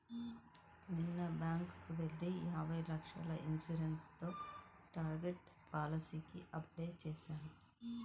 నిన్న బ్యేంకుకెళ్ళి యాభై లక్షల ఇన్సూరెన్స్ తో టర్మ్ పాలసీకి అప్లై చేశాను